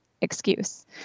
excuse